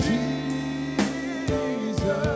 Jesus